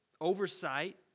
Oversight